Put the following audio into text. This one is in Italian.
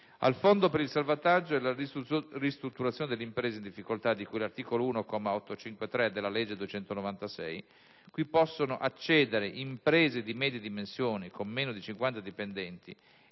al fondo per il salvataggio e la ristrutturazione delle imprese in difficoltà di cui all'articolo 1, comma 853, della legge n. 296 del 2006, cui possono accedere imprese di medie dimensioni con meno di 50 dipendenti